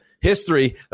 history